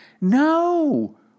No